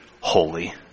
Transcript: holy